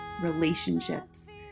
relationships